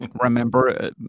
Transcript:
remember